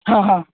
હા હા